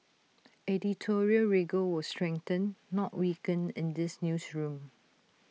editorial rigour will strengthen not weaken in this newsroom